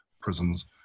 prisons